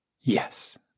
yes